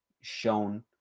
shown